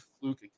fluke